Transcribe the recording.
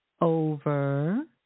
over